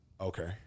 Okay